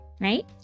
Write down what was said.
right